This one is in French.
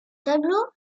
tableau